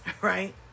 right